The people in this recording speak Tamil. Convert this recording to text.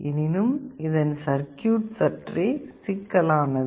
எனினும் இதன் சர்க்யூட் சற்றே சிக்கலானது